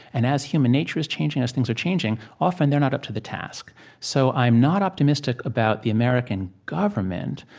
and as human nature is changing, as things are changing, often they're not up to the task so i'm not optimistic about the american government,